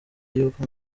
y’uko